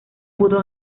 pudo